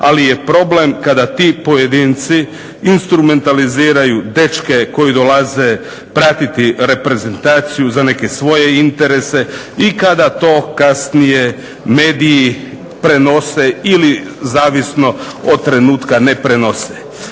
ali je problem kada ti pojedinci instrumentaliziraju dečke koji dolaze pratiti reprezentaciju za ne svoje interese i kada to mediji kasnije prenose ili zavisno od trenutka ne prenose.